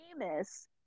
famous